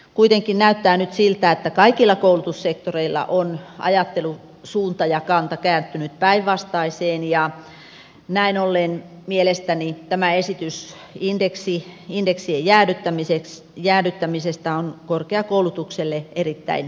kuitenkin näyttää nyt siltä että kaikilla koulutussektoreilla on ajattelusuunta ja kanta kääntynyt päinvastaiseen ja näin ollen mielestäni tämä esitys indeksien jäädyttämisestä on korkeakoulutukselle erittäin synkkä